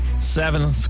Seven